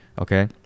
okay